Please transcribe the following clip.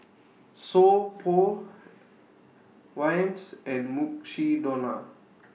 So Pho Vans and Mukshidonna